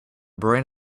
brain